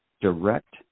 direct